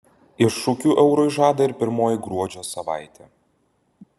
iššūkių eurui žada ir pirmoji gruodžio savaitė